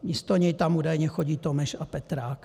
Místo něj tam údajně chodí Tomeš a Petrák.